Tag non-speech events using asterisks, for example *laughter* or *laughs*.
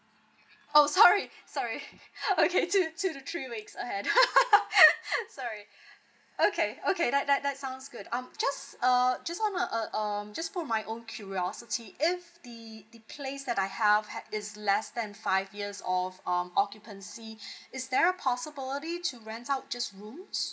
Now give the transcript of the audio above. oh sorry sorry *laughs* okay two two to three weeks ahead *laughs* sorry okay okay that that that sounds good um just err just want to err just for my own curiosity if the the place that I have is less than five years of um occupancy is there a possibility to rent out just rooms